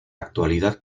actualidad